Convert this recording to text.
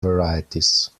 varieties